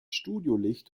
studiolicht